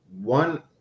one